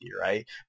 right